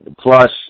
plus